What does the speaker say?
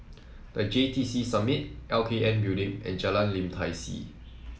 The J T C Summit L K N Building and Jalan Lim Tai See